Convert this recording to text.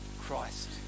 Christ